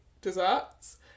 desserts